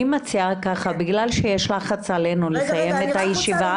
אני מציעה ככה - בגלל שיש לחץ עלינו לסיים את הישיבה,